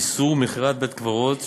איסור מכירת בית-קברות),